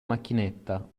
macchinetta